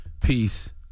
Peace